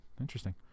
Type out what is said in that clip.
interesting